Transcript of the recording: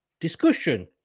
discussion